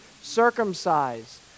circumcised